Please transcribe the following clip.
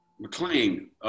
McLean